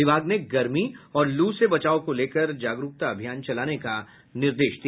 विभाग ने गर्मी और लू से बचाव को लेकर जागरूकता अभियान चलाने का निर्देश दिया